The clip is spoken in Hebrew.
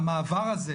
המעבר הזה,